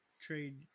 trade